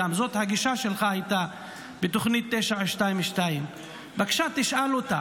זאת הייתה הגישה שלך בתוכנית 922. בבקשה תשאל אותה